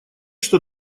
что